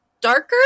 darker